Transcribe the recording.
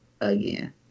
again